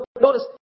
Notice